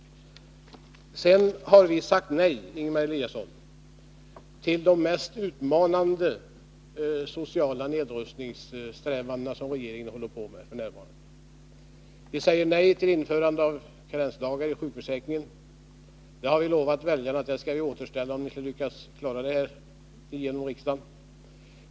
Vi har sagt nej, Ingemar Eliasson, till de mest utmanande sociala nedrustningssträvanden som regeringen håller på med f. n. Vi säger nej till införande av karensdagar i sjukförsäkringen. Vi har lovat väljarna att återställa förhållandena på den punkten om ni skulle lyckas klara det förslaget genom riksdagen.